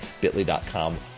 bit.ly.com